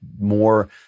more